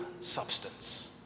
substance